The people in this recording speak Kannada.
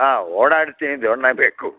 ಹಾಂ ಓಡಾಡ್ತೀನಿ ದೊಣ್ಣೆ ಬೇಕು